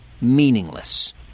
meaningless